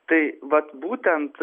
tai vat būtent